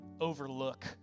overlook